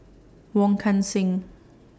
Wong Kan Seng